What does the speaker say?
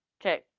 Okay